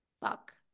fuck